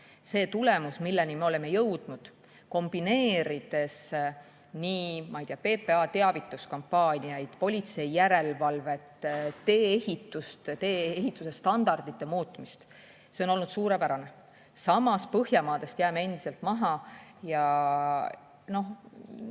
See tulemus, milleni me oleme jõudnud, kombineerides nii PPA teavituskampaaniaid, politseijärelevalvet, tee-ehitust, tee-ehituse standardite muutmist, on olnud suurepärane. Samas, Põhjamaadest jääme endiselt maha.